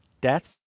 deaths